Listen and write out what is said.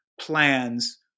plans